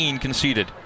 conceded